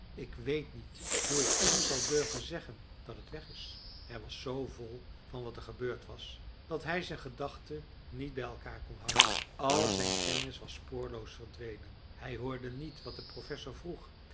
ik weet niet hoe ik hem zal durven zeggen dat het weg is hij was z vol van wat er gebeurd was dat hij zijn gedachten niet bij elkaar kon houden al zijn kennis was spoorloos verdwenen hij hoorde niet wat de professor vroeg